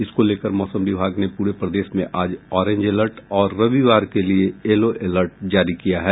इसको लेकर मौसम विभाग ने पूरे प्रदेश में आज ऑरेंज अलर्ट और रविवार के लिये येलो अलर्ट जारी किया है